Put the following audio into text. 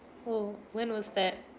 oh when was that